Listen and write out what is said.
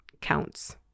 counts